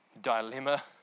dilemma